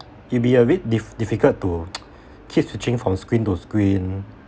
it'll be a bit diff~ difficult to keep switching from screen to screen